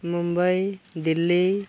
Mumbai Delhi